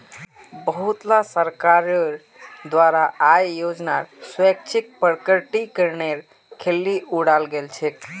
बहुतला सरकारोंर द्वारा आय योजनार स्वैच्छिक प्रकटीकरनेर खिल्ली उडाल गेल छे